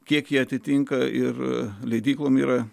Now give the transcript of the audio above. kiek jie atitinka ir leidyklom yra